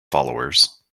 followers